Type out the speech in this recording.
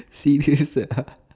serious ah